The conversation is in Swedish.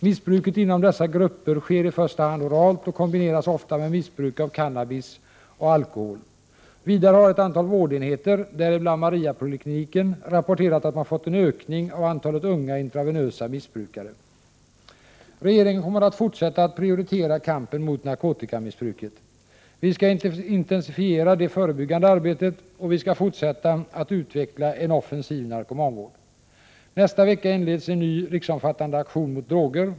Missbruket inom dessa grupper sker i första hand oralt och kombineras ofta med missbruk av cannabis och alkohol. Vidare har ett antal vårdenheter — däribland Mariapolikliniken — rapporterat att man fått en ökning av antalet unga intravenösa missbrukare. Regeringen kommer att fortsätta att prioritera kampen mot narkotikamissbruket. Vi skall intensifiera det förebyggande arbetet, och vi skall fortsätta att utveckla en offensiv narkomanvård. Nästa vecka inleds en ny riksomfattande aktion mot droger.